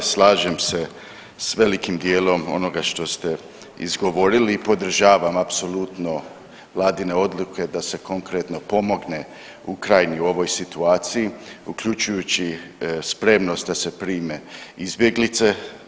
Slažem se s velikim dijelom onoga što ste izgovorili i podržavam apsolutno vladine odluke da se konkretno pomogne Ukrajini u ovoj situaciji uključujući spremnost da se prime izbjeglice.